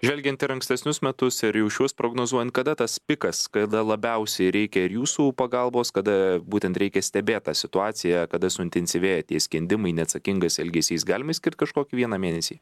žvelgiant ir ankstesnius metus ir jau šiuos prognozuojant kada tas pikas kada labiausiai reikia ir jūsų pagalbos kada būtent reikia stebėt tą situacija kada suintensyvėja tie skendimai neatsakingas elgesys galim išskirt kažkokį vieną mėnesį